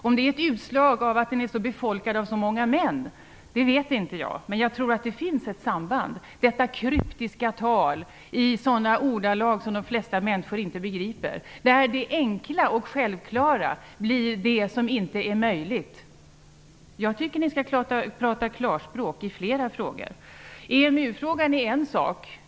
Om det är ett utslag av att den är befolkad av så många män, det vet inte jag, men jag tror att det finns ett samband mellan det och detta kryptiska tal i sådana ordalag som de flesta människor inte begriper, där det enkla och självklara blir det som inte är möjligt. Jag tycker att ni skall tala klarspråk i flera frågor. EMU-frågan är en sak.